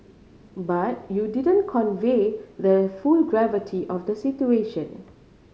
but you didn't convey the full gravity of the situation